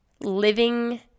living